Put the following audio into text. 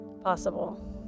possible